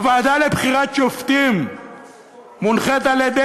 הוועדה לבחירת שופטים מונחית על-ידי